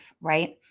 right